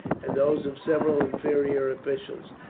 and those of several inferior officials,